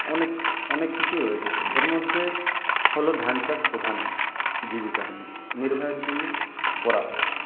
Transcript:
অনেক অনেক কিছুই রয়েছে এর মধ্যে হল ধান চাষ প্রধান জীবিকা নির্বাহের জন্য করা হয়